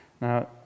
Now